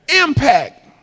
Impact